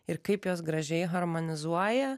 ir kaip jos gražiai harmonizuoja